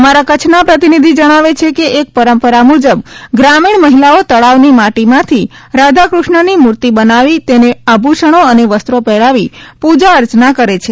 અમારા કચ્છના પ્રતિનિધિ જણાવે છે કે એક પરંપરા મુજબ ગ્રામીણ મહિલાઓ તળાવની માટીમાંથી રાધા કૃષ્ણની મૂર્તિ બનાવી તેને આભૂષણો અને વસ્ત્રો પહેરાવી પૂજા અર્ચના કરે છે